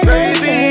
Baby